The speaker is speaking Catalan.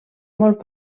molt